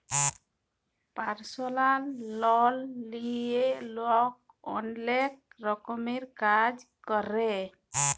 পারসলাল লল লিঁয়ে লক অলেক রকমের কাজ ক্যরে